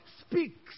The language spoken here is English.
speaks